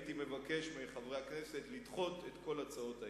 הייתי מבקש מחברי הכנסת לדחות את כל הצעות האי-אמון.